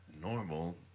normal